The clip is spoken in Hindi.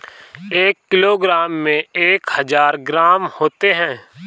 एक किलोग्राम में एक हजार ग्राम होते हैं